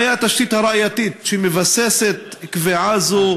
2. מהי התשתית הראייתית שמבססת קביעה זו?